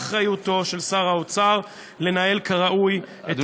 ובאחריותו של שר האוצר לנהל כראוי את תקציב המדינה.